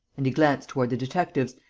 and he glanced toward the detectives,